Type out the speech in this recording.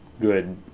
good